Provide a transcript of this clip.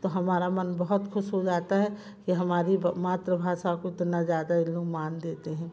तो हमारा मन बहुत खुश हो जाता है कि हमारी ब मातृभाषा को उतना ज़्यादा ये लोग मान देते हैं